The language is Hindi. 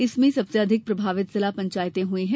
इसमें सबसे अधिक प्रभावित जिला पंचायतें हुई हैं